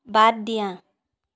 বাদ দিয়া